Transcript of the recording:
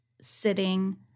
sitting